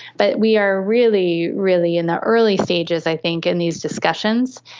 but we are really, really in the early stages i think in these discussions,